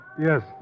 Yes